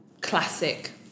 Classic